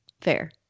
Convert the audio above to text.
Fair